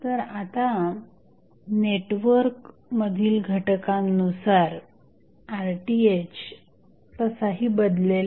तर आपला RTh network मधील घटकांनुसार तसाही बदलेल